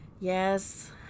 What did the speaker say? Yes